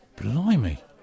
Blimey